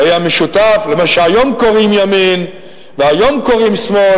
הוא היה משותף למה שהיום קוראים ימין והיום קוראים שמאל,